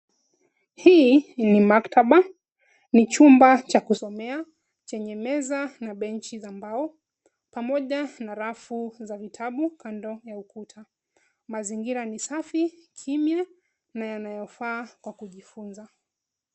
Hii ni maktaba, ni chumba cha kusomea chenye meza na benchi za mbao, pamoja na rafu za vitabu kando ya ukuta. Mazingira ni safi, kimya na yanayofaa kwa kujifunza.